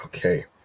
Okay